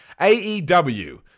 AEW